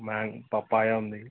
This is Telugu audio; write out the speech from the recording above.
మ్యాంగ్ పపయా ఉంది